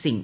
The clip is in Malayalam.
സിംഗ്